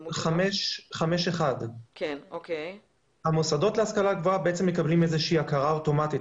בעמוד 3. סעיף 5(1). המוסדות להשכלה גבוהה מקבלים הכרה אוטומטית.